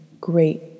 Great